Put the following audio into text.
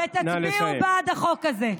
ותצביעו בעד החוק הזה.